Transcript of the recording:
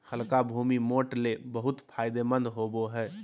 हल्का भूमि, मोठ ले बहुत फायदेमंद होवो हय